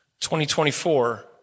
2024